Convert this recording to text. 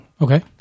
Okay